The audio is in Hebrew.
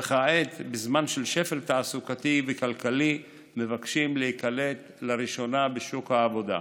וכעת בזמן של שפל תעסוקתי וכלכלי מבקשים להיקלט לראשונה בשוק העבודה,